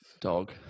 dog